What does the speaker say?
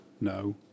No